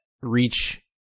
Reach